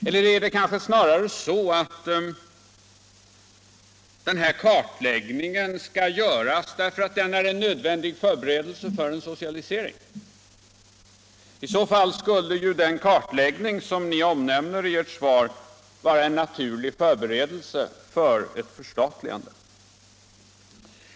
Eller är det kanske snarare så att denna kartläggning skall göras därför att den är en nödvändig förberedelse för en socialisering? I så fall skulle ju den kartläggning som statsrådet talar om i sitt svar vara en naturlig förberedelse för ett förstatligande.